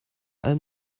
allem